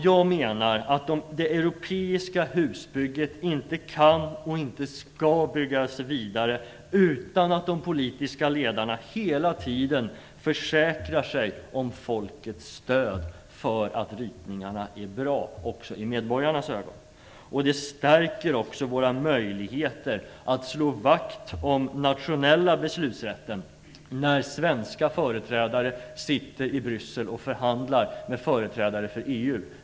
Jag anser att det europeiska husbyggandet inte kan och inte skall föras vidare utan att de politiska ledarna hela tiden försäkrar sig om folkets stöd att ritningarna är bra i medborgarnas ögon. Det stärker också våra möjligheter att slå vakt om den nationella beslutanderätten när svenska företrädare sitter i Bryssel och förhandlar med företrädare för EU.